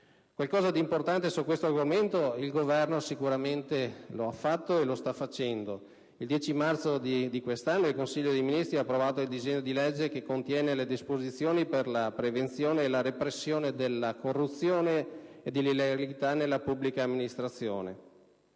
qualcosa di importante su questo argomento il Governo sicuramente lo ha fatto e lo sta facendo. Il 10 marzo del corrente anno il Consiglio dei ministri ha approvato il disegno di legge recante "Disposizioni per la prevenzione e la repressione della corruzione e dell'illegalità nella pubblica amministrazione",